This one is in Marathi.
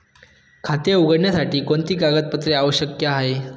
खाते उघडण्यासाठी कोणती कागदपत्रे आवश्यक आहे?